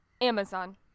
amazon